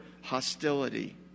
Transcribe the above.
hostility